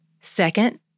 Second